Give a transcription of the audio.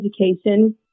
education